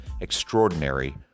extraordinary